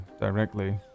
directly